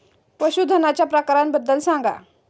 पशूधनाच्या प्रकारांबद्दल सांगा